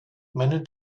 many